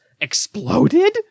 exploded